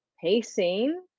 pacing